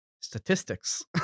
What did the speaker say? Statistics